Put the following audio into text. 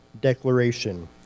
declaration